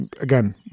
again